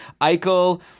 eichel